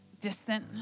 distant